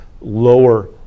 lower